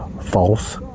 false